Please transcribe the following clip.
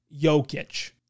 Jokic